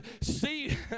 See